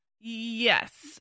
Yes